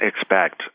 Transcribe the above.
expect